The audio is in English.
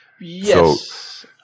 Yes